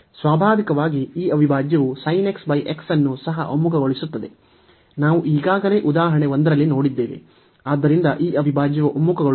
ಸ್ವಾಭಾವಿಕವಾಗಿ ಈ ಅವಿಭಾಜ್ಯವು ಅನ್ನು ಸಹ ಒಮ್ಮುಖಗೊಳಿಸುತ್ತದೆ ನಾವು ಈಗಾಗಲೇ ಉದಾಹರಣೆ 1 ರಲ್ಲಿ ನೋಡಿದ್ದೇವೆ ಆದ್ದರಿಂದ ಈ ಅವಿಭಾಜ್ಯವು ಒಮ್ಮುಖಗೊಳ್ಳುತ್ತದೆ